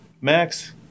max